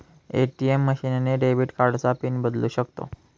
ATM machine ने debit कार्डचा PIN बदलू शकतो